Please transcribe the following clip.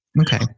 Okay